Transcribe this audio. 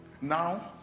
Now